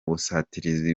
busatirizi